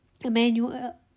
Emmanuel